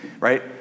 Right